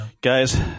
Guys